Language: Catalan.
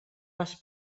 les